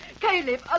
Caleb